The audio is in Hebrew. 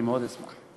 אני כמובן אשמח מאוד.